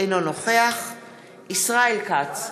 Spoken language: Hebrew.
אותם תלמידות ותלמידים לא נמצאים בבתי-הספר החזקים,